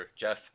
Jeff